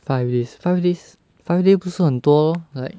five days five days five day 不是很多 lor like